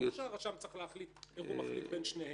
אז שואלים: למה דווקא זקנים נהנים מיין ישן?